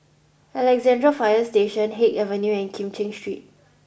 Alexandra Fire Station Haig Avenue and Kim Cheng Street